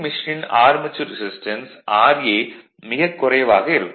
மெஷினின் armature resistance ra மிகக் குறைவாக இருக்கும்